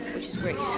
which is great.